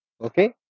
okay